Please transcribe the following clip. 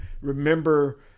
remember